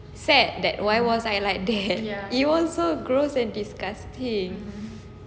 sad that why was I like that it was so gross and disgusting